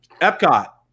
Epcot